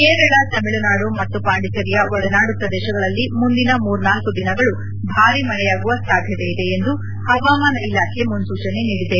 ಕೇರಳ ತಮಿಳುನಾಡು ಮತ್ತು ಪಾಂಡಿಚೆರಿಯ ಒಳನಾಡು ಪ್ರದೇಶಗಳಲ್ಲಿ ಮುಂದಿನ ಮೂರ್ನಾಲ್ಕು ದಿನ ಭಾರಿ ಮಳೆಯಾಗುವ ಸಾಧ್ಯತೆ ಇದೆ ಎಂದು ಹವಾಮಾನ ಇಲಾಖೆ ಮುನ್ಪೂಚನೆ ನೀಡಿದೆ